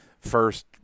first